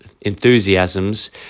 enthusiasms